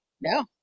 No